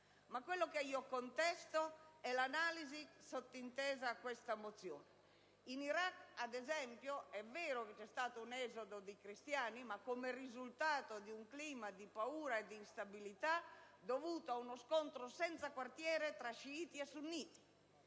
Ma quello che contesto è l'analisi sottintesa a questo ordine del giorno. È vero che in Iraq - ad esempio - c'è stato un esodo di cristiani, ma come risultato di un clima di paura e di instabilità dovuto ad uno scontro senza quartiere tra sciiti e sunniti.